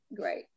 Great